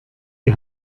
die